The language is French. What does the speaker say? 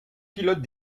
pilote